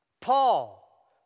Paul